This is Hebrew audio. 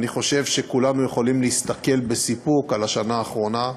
אני חושב שכולנו יכולים להסתכל בסיפוק על השנה האחרונה,